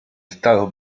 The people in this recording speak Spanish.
estado